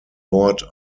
bord